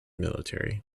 military